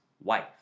wife